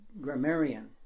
grammarian